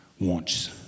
wants